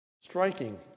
striking